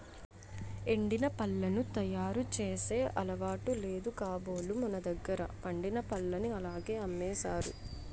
ఎండిన పళ్లను తయారు చేసే అలవాటు లేదు కాబోలు మనదగ్గర పండిన పల్లని అలాగే అమ్మేసారు